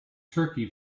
turkey